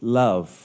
love